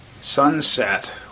sunset